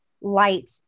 light